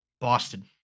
Boston